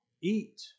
eat